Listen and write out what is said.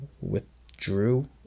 withdrew